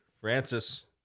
Francis